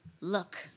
look